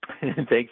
Thanks